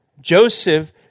Joseph